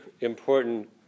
important